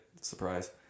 Surprise